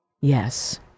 Yes